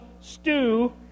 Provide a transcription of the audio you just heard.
stew